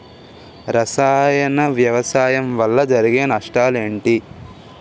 రసాయన వ్యవసాయం వల్ల జరిగే నష్టాలు ఏంటి?